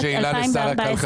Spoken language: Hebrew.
יש לך שאלה לשר הכלכלה?